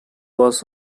was